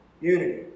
unity